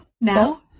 Now